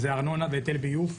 אז זה ארנונה והיטל ביוב,